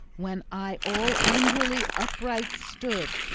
when i all angrily upright stood.